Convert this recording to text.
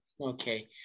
Okay